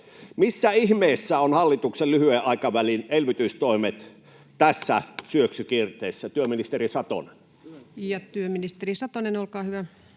Missä ihmeessä ovat hallituksen lyhyen aikavälin elvytystoimet tässä syöksykierteessä, työministeri Satonen? [Speech